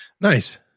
Nice